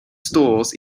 stores